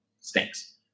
stinks